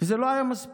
וזה לא היה מספיק.